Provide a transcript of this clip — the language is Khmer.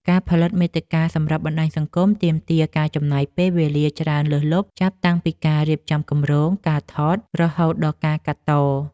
ការផលិតមាតិកាសម្រាប់បណ្ដាញសង្គម ទាមទារការចំណាយពេលវេលាច្រើនលើសលប់ ចាប់តាំងពីការរៀបចំគម្រោង ការថត រហូតដល់ការកាត់ត។